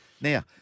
Now